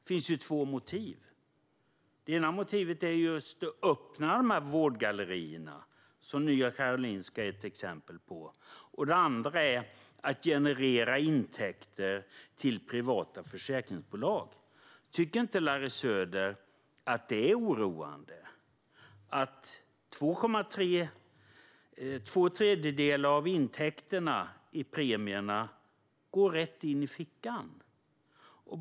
Det ena motivet är att öppna de vårdgallerior som Nya Karolinska är ett exempel på. Det andra motivet är att generera intäkter till privata försäkringsbolag. Tycker inte Larry Söder att det är oroande att två tredjedelar av intäkterna från premierna går rätt in i fickan.